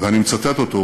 ואני מצטט אותו,